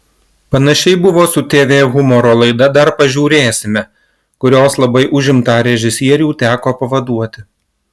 panašiai buvo su tv humoro laida dar pažiūrėsime kurios labai užimtą režisierių teko pavaduoti